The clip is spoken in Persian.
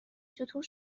چطور